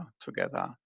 together